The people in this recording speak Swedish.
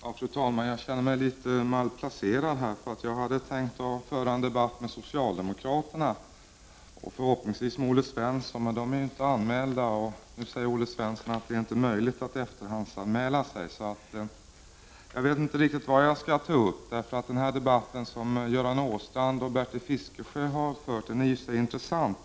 Fru talman! Jag känner mig litet malplacerad. Jag hade tänkt föra en debatt med socialdemokraterna och förhoppningsvis med Olle Svensson. Men ingen av dem är anmäld och nu säger Olle Svensson att det inte är möjligt att efterhandsanmäla sig. Jag vet inte riktigt vad jag skall ta upp. Den debatt som Göran Åstrand och Bertil Fiskesjö har fört är i sig intressant.